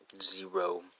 zero